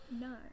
No